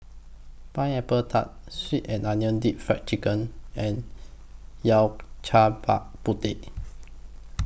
Pineapple Tart Sweet and Onion Deep Fried Chicken and Yao Cai Bak Kut Teh